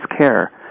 care